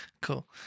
cool